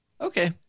Okay